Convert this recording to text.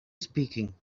speaking